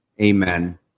Amen